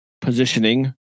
positioning